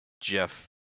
Jeff